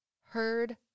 heard